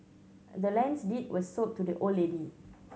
the land's deed was sold to the old lady